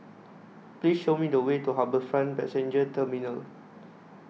Please Show Me The Way to HarbourFront Passenger Terminal